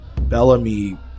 Bellamy